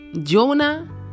Jonah